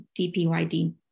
DPYD